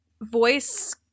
voice